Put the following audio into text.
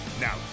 Now